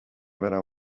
برم